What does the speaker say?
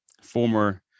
former